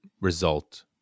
result